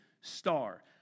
star